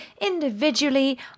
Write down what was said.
individually